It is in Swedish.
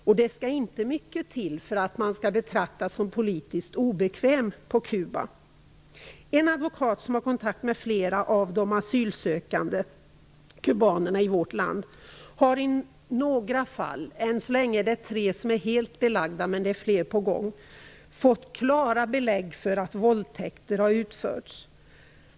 Och det skall inte mycket till för att man skall betraktas som politiskt obekväm på Kuba. En advokat som har kontakt med flera av de asylsökande kubanerna i vårt land har i några fall - än så länge är tre fall helt belagda, men flera är på gång - fått klara belägg för att våldtäkter har utförts.